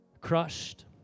Crushed